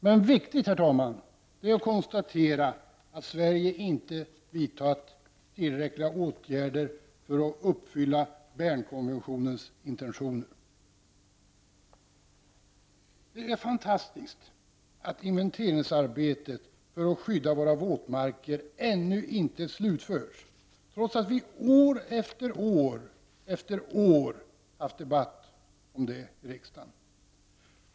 Men, herr talman, det är viktigt att konstatera att vi i Sverige inte vidtagit tillräckliga åtgärder för att uppfylla Bernkonventionens intentioner. Det är fantastiskt att inventeringsarbetet för att skydda våra våtmarker ännu inte slutförts, trots att vi år efter år haft debatter om det i riksdagen.